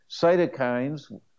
cytokines